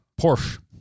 Porsche